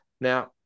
Now